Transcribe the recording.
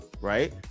right